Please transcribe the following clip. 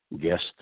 guest